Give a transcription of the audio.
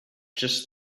just